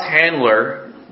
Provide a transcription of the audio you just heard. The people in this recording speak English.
handler